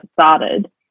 started